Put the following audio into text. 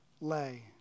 lay